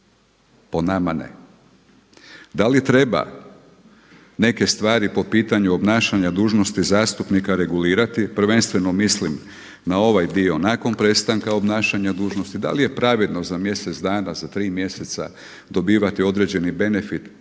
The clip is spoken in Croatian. Po nama ne. Da li treba neke stvari po pitanju obnašanja dužnosti zastupnika regulirati? Prvenstveno mislim na ovaj dio nakon prestanka obnašanja dužnosti. Da li je pravedno za mjesec dana, za 3 mjeseca dobivati određeni benefit,